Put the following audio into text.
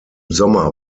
sommer